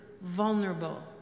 vulnerable